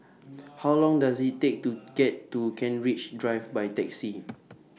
How Long Does IT Take to get to Kent Ridge Drive By Taxi